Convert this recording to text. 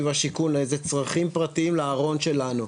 והשיכון לאיזה צרכים פרטיים לארון שלנו,